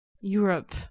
Europe